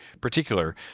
particular